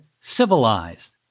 civilized